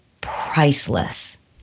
priceless